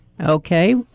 Okay